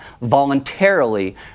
voluntarily